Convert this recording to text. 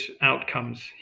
outcomes